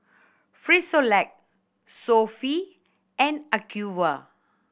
Frisolac Sofy and Acuvue